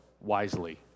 wisely